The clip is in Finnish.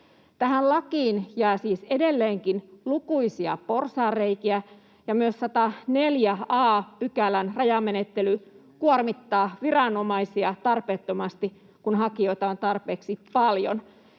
Tähän lakiin jää siis edelleenkin lukuisia porsaanreikiä, ja myös 104 a §:n rajamenettely kuormittaa viranomaisia tarpeettomasti, kun hakijoita on tarpeeksi paljon.